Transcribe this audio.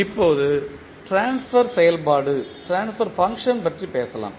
இப்போது ட்ரான்ஸ்பர் செயல்பாடு பற்றி பேசலாம்